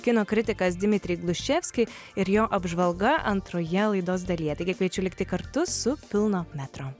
kino kritikas dmitrij gluševskiy ir jo apžvalga antroje laidos dalyje taigi kviečiu likti kartu su pilno metro